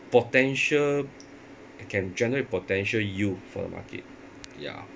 potential can generate potential yield for the market ya